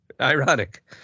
Ironic